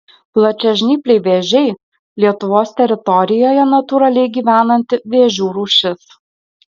plačiažnypliai vėžiai lietuvos teritorijoje natūraliai gyvenanti vėžių rūšis